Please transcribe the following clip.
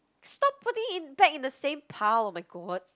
stop putting it back in the same pile oh-my-god